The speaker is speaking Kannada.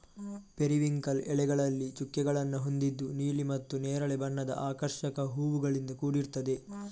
ಪೆರಿವಿಂಕಲ್ ಎಲೆಗಳಲ್ಲಿ ಚುಕ್ಕೆಗಳನ್ನ ಹೊಂದಿದ್ದು ನೀಲಿ ಮತ್ತೆ ನೇರಳೆ ಬಣ್ಣದ ಆಕರ್ಷಕ ಹೂವುಗಳಿಂದ ಕೂಡಿರ್ತದೆ